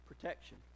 protection